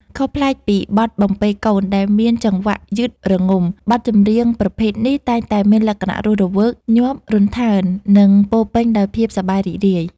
ខុសប្លែកពីបទបំពេកូនដែលមានចង្វាក់យឺតរងំ បទចម្រៀងប្រភេទនេះតែងតែមានលក្ខណៈរស់រវើក ញាប់រន្ថើន និងពោរពេញដោយភាពសប្បាយរីករាយ